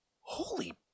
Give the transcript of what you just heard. Holy